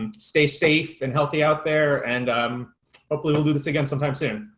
and stay safe and healthy out there and um hopefully we'll do this again sometime soon,